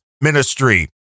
ministry